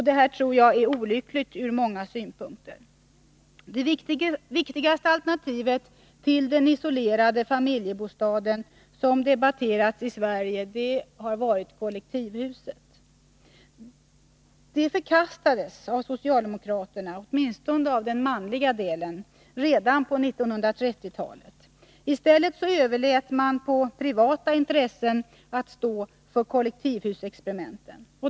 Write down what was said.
Det tror jag är olyckligt från många synpunkter. Det viktigaste alternativet till den isolerade familjebostaden som debatterats i Sverige har varit kollektivhuset. Detta förkastades av socialdemokraterna, åtminstone av den manliga delen av socialdemokratin, redan på 1930-talet. I stället överlät man på privata intressen att stå för kollektivhusexperimenten.